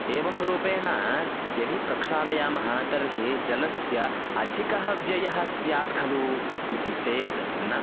एवं रूपेण यदि प्रक्षालयामः तर्हि जलस्य अधिकः व्ययः स्यात् खलु इति चेत् न